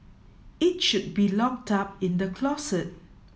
it should be locked up in the closet